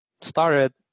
started